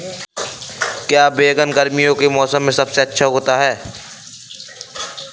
क्या बैगन गर्मियों के मौसम में सबसे अच्छा उगता है?